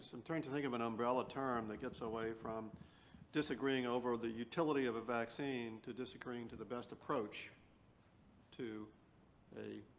trying to think of an umbrella term that gets away from disagreeing over the utility of a vaccine to disagreeing to the best approach to a